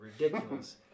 ridiculous